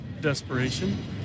desperation